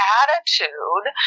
attitude